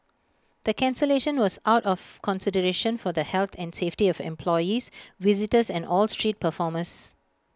the cancellation was out of consideration for the health and safety of employees visitors and all street performers